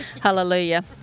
Hallelujah